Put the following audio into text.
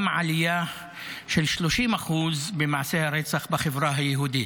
גם על עלייה של 30% במעשי הרצח בחברה היהודית.